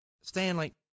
Stanley